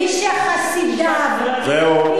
מי שחסידיו, זהו.